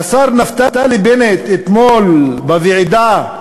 והשר נפתלי בנט, אתמול, בוועידה,